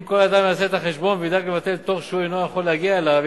אם כל אדם יעשה את החשבון וידאג לבטל תור שהוא אינו יכול להגיע אליו,